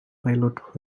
pilot